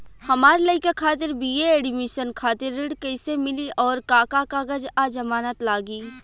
हमार लइका खातिर बी.ए एडमिशन खातिर ऋण कइसे मिली और का का कागज आ जमानत लागी?